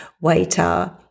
waiter